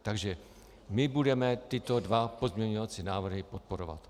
Takže my budeme tyto dva pozměňovací návrhy podporovat.